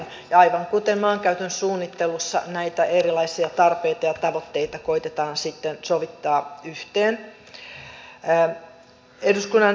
ja aivan kuten maankäytön suunnittelussa näitä erilaisia tarpeita ja tavoitteita koetetaan sitten sovittaa yhteen